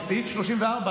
כי סעיף 34,